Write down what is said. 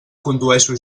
condueixo